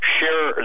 Share